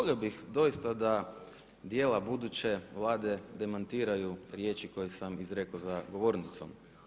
Pa volio bih doista da djela buduće Vlade demantiraju riječi koje sam izrekao za govornicom.